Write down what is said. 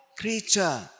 creature